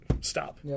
stop